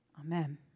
Amen